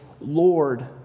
Lord